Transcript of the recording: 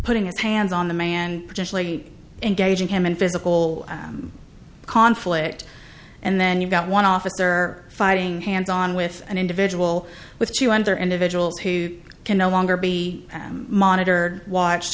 putting his hands on the man and potentially engaging him in physical conflict and then you've got one officer fighting hands on with an individual with you under individuals who can no longer be monitored watched